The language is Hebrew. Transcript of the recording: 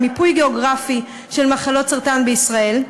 מיפוי גיאוגרפי של מחלות סרטן בישראל.